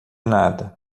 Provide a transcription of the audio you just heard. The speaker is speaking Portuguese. nada